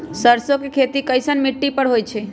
सरसों के खेती कैसन मिट्टी पर होई छाई?